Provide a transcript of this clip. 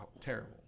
terrible